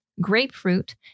grapefruit